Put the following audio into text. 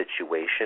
situation